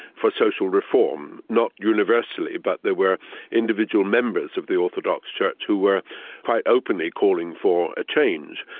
for social reform not universally, but there were individual members of the orthodox church who were quite openly calling for a change.